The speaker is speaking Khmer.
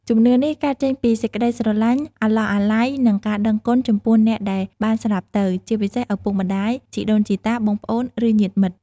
ជំនឿនេះកើតចេញពីសេចក្តីស្រឡាញ់ អាឡោះអាល័យ និងការដឹងគុណចំពោះអ្នកដែលបានស្លាប់ទៅ ជាពិសេសឪពុកម្តាយ ជីដូនជីតា បងប្អូន ឬញាតិមិត្ត។